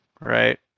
right